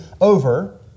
over